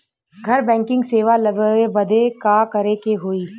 घर बैकिंग सेवा लेवे बदे का करे के होई?